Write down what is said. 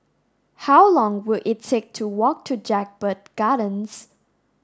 how long will it take to walk to Jedburgh Gardens